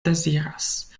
deziras